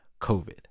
COVID